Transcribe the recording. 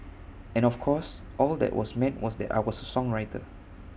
and of course all that was meant was that I was A songwriter